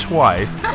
wife